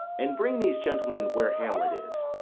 and bring these gentlemen where hamlet is.